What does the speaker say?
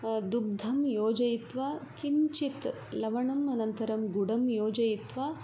दुग्धं योजयित्वा किञ्चित् लवणम् अनन्तरं गुढं योजयित्वा